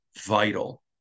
vital